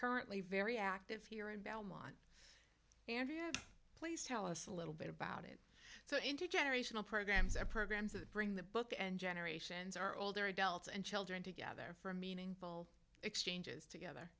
currently very active here in belmont and yeah please tell us a little bit about it so intergenerational programs are programs that bring the book and generations our older adults and children together for meaningful exchanges together